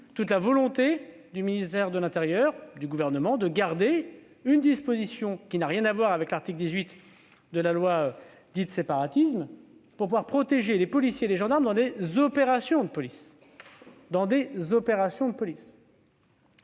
toute la volonté du ministère de l'intérieur et du Gouvernement de maintenir une disposition qui n'a rien à voir avec l'article 18 de la loi dite « Séparatisme », en ce sens qu'il vise à protéger les policiers et les gendarmes au cours des opérations de police.